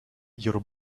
your